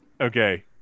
okay